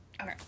Okay